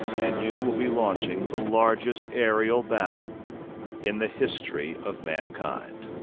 and you will be launching the largest aerial battle in the history of mankind.